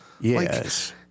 Yes